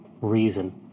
reason